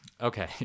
Okay